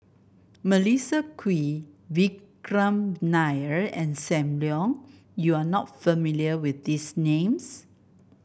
Melissa Kwee Vikram Nair and Sam Leong you are not familiar with these names